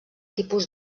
tipus